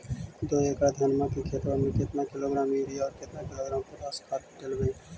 दो एकड़ धनमा के खेतबा में केतना किलोग्राम युरिया और केतना किलोग्राम पोटास खाद डलबई?